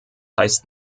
heißt